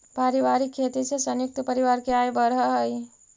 पारिवारिक खेती से संयुक्त परिवार के आय बढ़ऽ हई